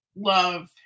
love